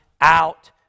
out